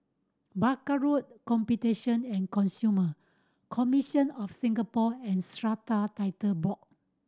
Barker Road Competition and Consumer Commission of Singapore and Strata Title Board